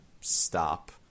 Stop